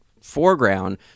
foreground